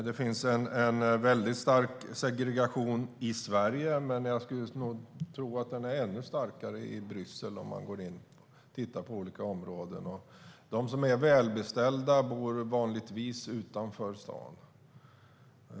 Det finns en stark segregation i Sverige, men om man tittar på olika områden skulle jag tro att man upptäcker att den är ännu starkare i Bryssel. De som är välbeställda bor vanligtvis utanför stan.